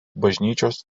bažnyčios